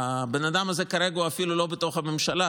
הבן אדם הזה כרגע אפילו לא בתוך הממשלה,